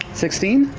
sixteen?